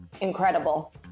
incredible